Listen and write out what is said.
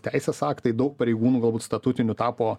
teisės aktai daug pareigūnų galbūt statutinių tapo